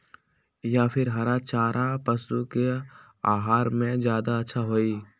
या फिर हरा चारा पशु के आहार में ज्यादा अच्छा होई?